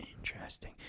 Interesting